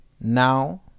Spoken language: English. Now